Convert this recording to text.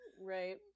Right